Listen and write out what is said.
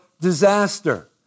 disaster